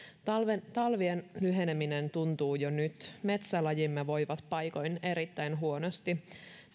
talvien talvien lyheneminen tuntuu jo nyt metsälajimme voivat paikoin erittäin huonosti